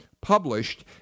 published